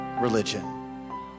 religion